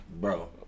Bro